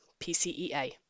PCEA